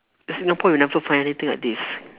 singapore you never find anything like this